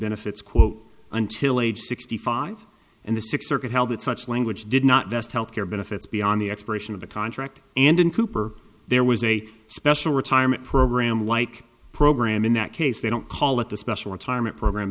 benefits until age sixty five and the six circuit held that such language did not vest health care benefits beyond the expiration of the contract and in cooper there was a special retirement program like program in that case they don't call it the special retirement program